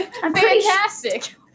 fantastic